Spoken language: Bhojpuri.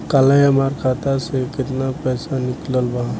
काल्हे हमार खाता से केतना पैसा निकलल बा?